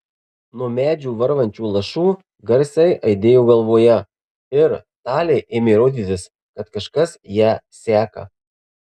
nuo medžių varvančių lašų garsai aidėjo galvoje ir talei ėmė rodytis kad kažkas ją seka